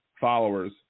followers